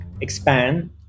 expand